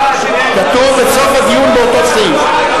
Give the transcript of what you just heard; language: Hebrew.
כתוב, בסוף הדיון באותו סעיף.